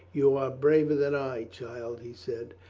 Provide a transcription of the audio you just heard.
you are braver than i, child, he said.